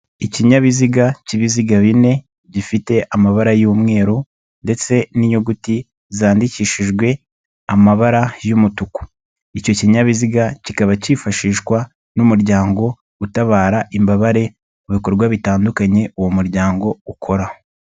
Ikinyabiziga k'ibiziga bine gifite amabara y'umweru, ndetse n'inyuguti zandikishijwe amabara y'umutuku. Icyo kinyabiziga kikaba cyifashishwa n'umuryango utabara imbabare, mu bikorwa bitandukanye uwo muryango ukora.